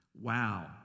Wow